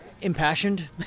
impassioned